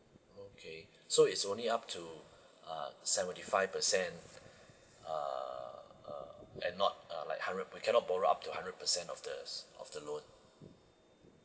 okay so it's only up to uh seventy five percent uh uh and not uh like hundred per~ we cannot borrow up to hundred percent of this of the loan